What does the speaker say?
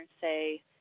say